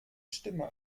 stimme